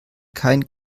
kein